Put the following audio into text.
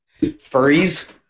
furries